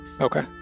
Okay